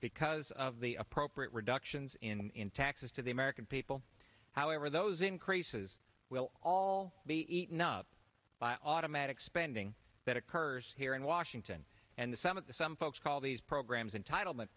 because of the appropriate reductions in taxes to the american people however those increases will all be eaten up by automatic spending that occurs here in washington and the some of the some folks call these programs entitlement